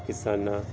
ਕਿਸਾਨਾਂ